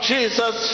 Jesus